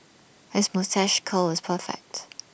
his moustache curl is perfect